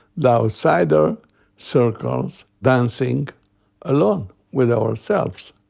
the outsider circles, dancing alone with ourselves.